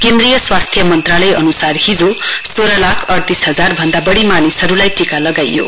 केन्द्रीय स्वास्थ् मन्त्रालय अनुसार हिजो सोह्र लाख अडतीस हजार भन्दा बढी मानिसहरूलाई टीका लगाइयो